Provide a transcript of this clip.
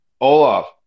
Olaf